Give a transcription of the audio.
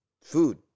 food